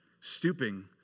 stooping